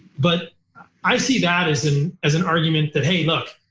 but i see that as and as an argument that, hey look,